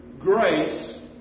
grace